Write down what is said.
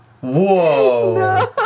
Whoa